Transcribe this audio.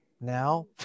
Now